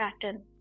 pattern